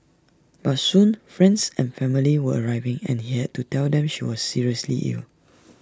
but soon friends and family were arriving and he had to tell them she was seriously ill